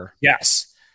Yes